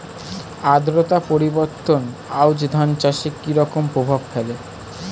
আদ্রতা পরিবর্তন আউশ ধান চাষে কি রকম প্রভাব ফেলে?